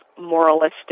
moralistic